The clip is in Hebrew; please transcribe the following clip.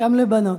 גם לבנות.